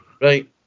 Right